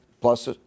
plus